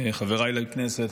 חבריי לכנסת,